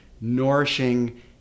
nourishing